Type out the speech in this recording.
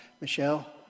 Michelle